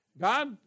God